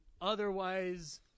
Otherwise